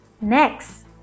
Next